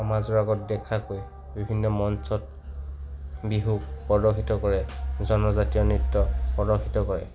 সমাজৰ আগত দেখাকৈ বিভিন্ন মঞ্চত বিহু প্ৰদৰ্শিত কৰে জনজাতীয় নৃত্য প্ৰদৰ্শিত কৰে